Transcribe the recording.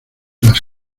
las